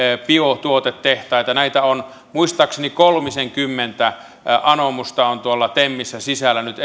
biotuotetehtaita muistaakseni kolmisenkymmentä anomusta erilaisista biotuotehankkeista on tuolla temissä nyt